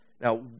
Now